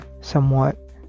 somewhat